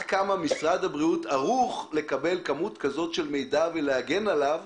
כמה משרד הבריאות ערוך לקבל כזאת כמות של מידע ולהגן אליו,